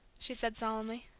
she said solemnly.